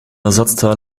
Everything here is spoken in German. ersatzteil